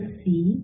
see